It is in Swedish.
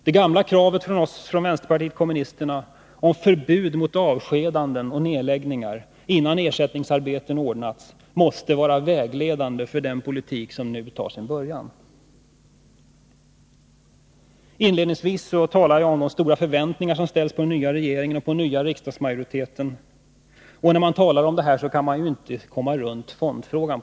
Det gamla kravet från oss inom vänsterpartiet kommunisterna om förbud mot avskedanden och nedläggningar innan ersättningsarbeten ordnats måste vara vägledande för den politik som nu tar sin början. Inledningsvis talade jag om de stora förväntningar som ställs på den nya regeringen och den nya riksdagsmajoriteten. När man talar om det kan man inte på något vis komma runt fondfrågan.